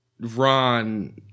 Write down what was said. Ron